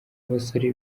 abasore